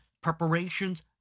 preparations